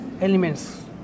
elements